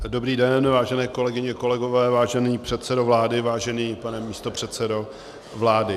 Dobrý den, vážené kolegyně, kolegové, vážený předsedo vlády, vážený pane místopředsedo vlády.